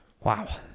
Wow